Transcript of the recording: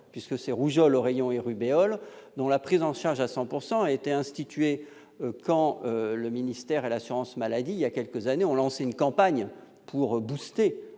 contre la rougeole, les oreillons et la rubéole, dont la prise en charge à 100 % a été instituée lorsque le ministère et l'assurance maladie, il y a quelques années, ont lancé une campagne pour « booster